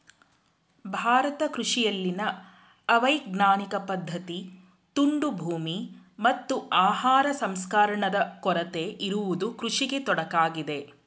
ಭಾರತ ಕೃಷಿಯಲ್ಲಿನ ಅವೈಜ್ಞಾನಿಕ ಪದ್ಧತಿ, ತುಂಡು ಭೂಮಿ, ಮತ್ತು ಆಹಾರ ಸಂಸ್ಕರಣಾದ ಕೊರತೆ ಇರುವುದು ಕೃಷಿಗೆ ತೊಡಕಾಗಿದೆ